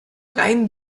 rein